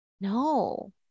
no